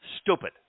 stupid